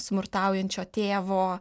smurtaujančio tėvo